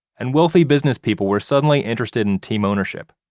and wealthy business people were suddenly interested in team ownership.